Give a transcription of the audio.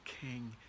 king